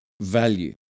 value